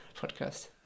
podcast